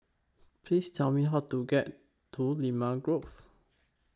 Please Tell Me How to get to Limau Grove